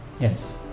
yes